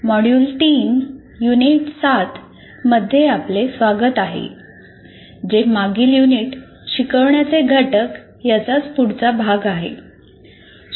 module 3 unit 7 मध्ये आपले स्वागत आहे जे मागील युनिट शिकवण्याचे घटक याचाच पुढचा भाग आहे